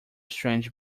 strange